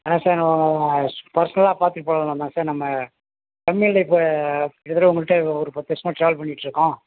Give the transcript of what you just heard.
ஆ sir பர்சனலாக பார்த்துட்டு போகலான்னு வந்தோம் சார் நம்ம கம்பெனியில இப்போ கிட்டத்தட்ட உங்கள்கிட்ட ஒரு பத்து வருஷமாக ட்ராவல் பண்ணிட்டுருக்கோம்